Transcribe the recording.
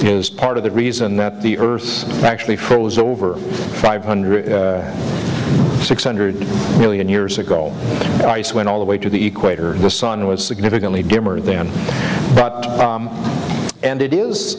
is part of the reason that the earth actually froze over five hundred six hundred million years ago ice went all the way to the equator the sun was significantly dimmer then and it is